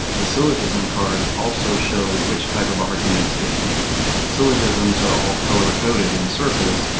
the syllogism cards also show which type of arguments it beats. the syllogisms are all color-coded in circles,